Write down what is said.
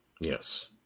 yes